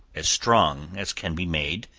as strong as can be made,